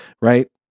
right